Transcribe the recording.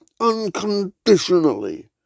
unconditionally